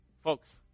folks